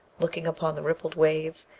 looking upon the rippled waves,